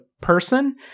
person